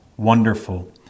Wonderful